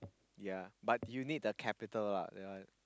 yea but you need the capital lah that one